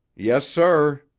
yes, sir.